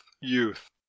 youth